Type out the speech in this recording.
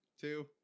two